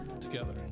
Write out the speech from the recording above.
together